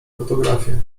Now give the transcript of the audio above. fotografię